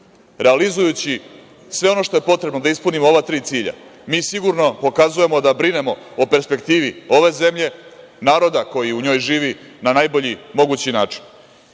Realizujući sve ono što je potrebno da ispunimo ova tri cilja, mi sigurno pokazujemo da brinemo o perspektivi ove zemlje, naroda koji u njoj živi, na najbolji mogući način. Sve